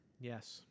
Yes